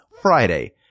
Friday